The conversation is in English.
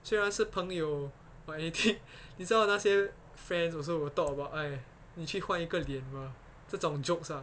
虽然是朋友 or anything 你知道那些 friends also will talk about !hais! 你去换一个脸嘛这种 jokes ah